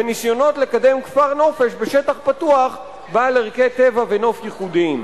וניסיונות לקדם כפר-נופש בשטח פתוח בעל ערכי טבע ונוף ייחודיים.